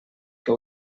que